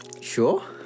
Sure